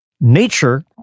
nature